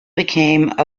became